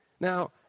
Now